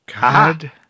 God